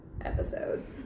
episode